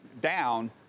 down